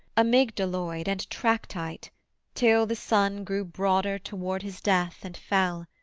amygdaloid and trachyte, till the sun grew broader toward his death and fell,